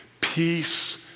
Peace